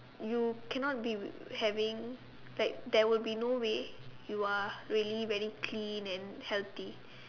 you cannot be having like there will be no way you are really very clean and healthy